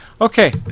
Okay